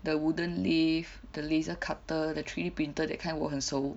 the wooden lathe the laser cutter the three D printer that kind 我很熟